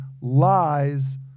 lies